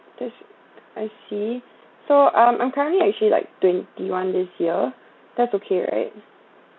that's I see so um I'm currently actually like twenty-one this year that's okay right